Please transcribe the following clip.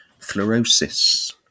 Fluorosis